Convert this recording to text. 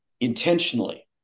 intentionally